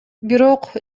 бирок